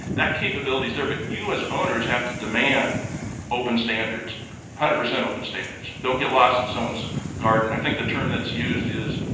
that capability's there, but you as owners have to demand open standards one hundred percent open standards. don't get lost in someone's garden. i think the term that's used is,